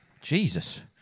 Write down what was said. Jesus